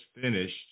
finished